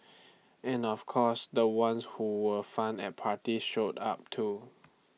and of course the ones who were fun at parties showed up too